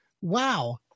Wow